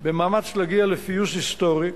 במאמץ להגיע לפיוס היסטורי,